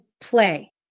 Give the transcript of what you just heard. play